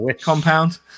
compound